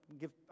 give